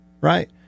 right